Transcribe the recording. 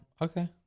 Okay